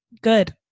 good